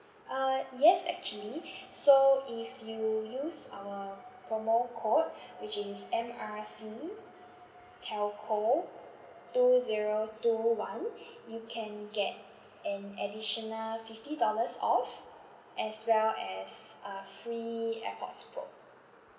uh yes actually so if you use our promo code which is M R C telco two zero two one you can get an additional fifty dollars off as well as uh free AirPods pro